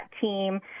team